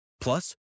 Plus